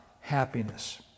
happiness